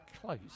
Close